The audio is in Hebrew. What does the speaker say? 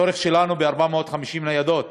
הצורך שלנו הוא 450 ניידות,